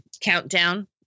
countdown